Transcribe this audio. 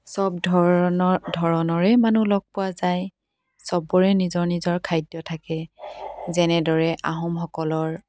চব ধৰণৰ ধৰণৰে মানুহ লগ পোৱা যায় চবৰে নিজৰ নিজৰ খাদ্য থাকে যেনেদৰে আহোমসকলৰ